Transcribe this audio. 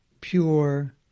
pure